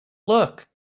look